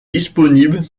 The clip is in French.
disponible